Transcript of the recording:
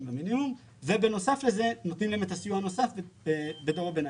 מינימום ובנוסף לזה נותנים להן את הסיוע הנוסף בדור הביניים.